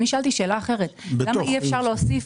אני שאלתי שאלה אחרת: למה אי אפשר להוסיף